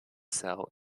cell